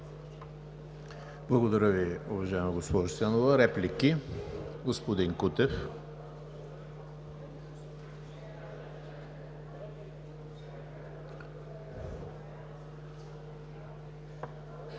Благодаря Ви, уважаема госпожо Стоянова. Реплики? Господин Кутев.